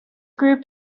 group